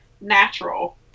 natural